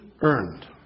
earned